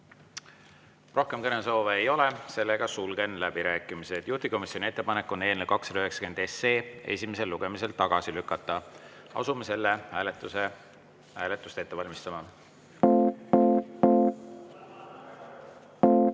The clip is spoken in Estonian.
Rohkem kõnesoove ei ole. Sulgen läbirääkimised. Juhtivkomisjoni ettepanek on eelnõu 290 esimesel lugemisel tagasi lükata. Asume hääletust ette valmistama.